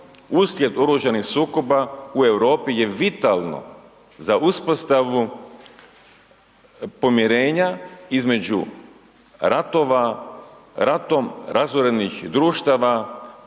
uslijed oružanih sukoba u Europi je vitalno za uspostavu pomirenja između ratova ratom razorenih društava